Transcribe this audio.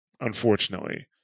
unfortunately